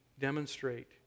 demonstrate